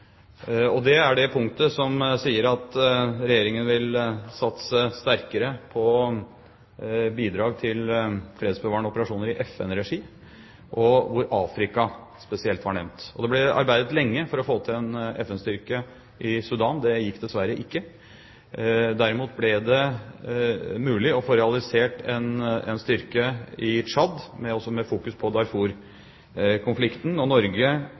og det var det punktet som sier at Regjeringen vil satse sterkere på bidrag til fredsbevarende operasjoner i FN-regi, og hvor Afrika spesielt var nevnt. Det ble arbeidet lenge for å få til en FN-styrke i Sudan. Det gikk dessverre ikke. Derimot ble det mulig å få realisert en styrke i Tsjad også med fokus på Darfur-konflikten. Norge har bidradd med et feltsykehus og